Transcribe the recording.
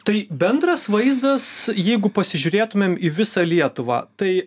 tai bendras vaizdas jeigu pasižiūrėtumėm į visą lietuvą tai